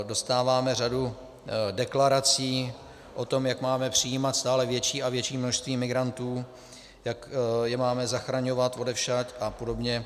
Dostáváme řadu deklarací o tom, jak máme přijímat stále větší a větší množství migrantů, jak je máme zachraňovat odevšad apod.